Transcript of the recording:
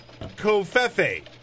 Kofefe